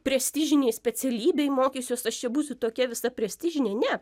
prestižinėj specialybėj mokysiuos aš čia būsiu tokia visa prestižinė ne